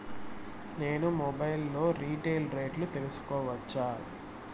నేను మొబైల్ లో రీటైల్ రేట్లు తెలుసుకోవచ్చా?